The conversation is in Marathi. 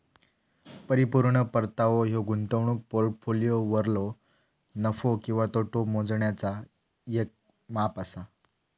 परिपूर्ण परतावो ह्यो गुंतवणूक पोर्टफोलिओवरलो नफो किंवा तोटो मोजण्याचा येक माप असा